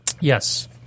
Yes